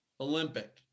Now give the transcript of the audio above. olympic